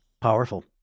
Powerful